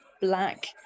black